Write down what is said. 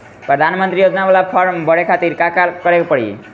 प्रधानमंत्री योजना बाला फर्म बड़े खाति का का करे के पड़ी?